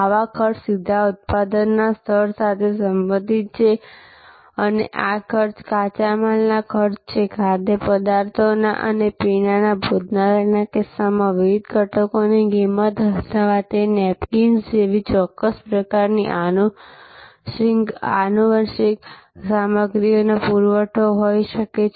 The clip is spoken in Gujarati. આ ખર્ચ સીધા ઉત્પાદનના સ્તર સાથે સંબંધિત છે અને આ ખર્ચ કાચા માલના ખર્ચ છે ખાદ્યપદાર્થો અને પીણા ભોજનાલયના કિસ્સામાં વિવિધ ઘટકોની કિંમત અથવા તે નેપકિન્સ જેવી ચોક્કસ પ્રકારની આનુષંગિક સામગ્રીનો પુરવઠો હોઈ શકે છે